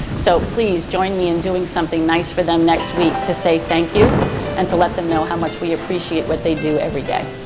so please join me in doing something nice for them next week to say thank you and to let them know how much we appreciate what they do every day.